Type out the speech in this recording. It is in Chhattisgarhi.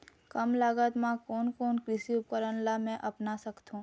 कम लागत मा कोन कोन कृषि उपकरण ला मैं अपना सकथो?